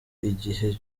igihe